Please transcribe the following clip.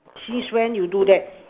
since when you do that